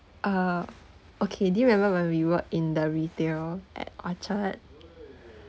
uh okay do you remember when we worked in the retail at orchard